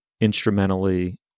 instrumentally